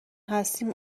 هستیم